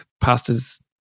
pastors